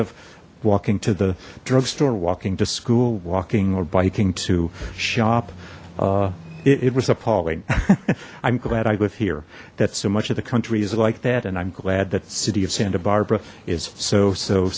of walking to the drugstore walking to school walking or biking to shop it was appalling i'm glad i live here that so much of the country is like that and i'm glad that city of santa barbara is so so